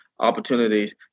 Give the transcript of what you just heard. Opportunities